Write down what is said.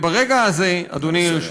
ברגע הזה, אדוני היושב-ראש,